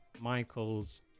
michaels